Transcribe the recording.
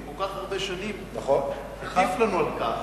אחרי כל כך הרבה שנים שהוא הטיף לנו על כך.